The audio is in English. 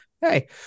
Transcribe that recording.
hey